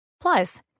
Plus